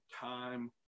time